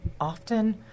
often